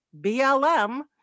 BLM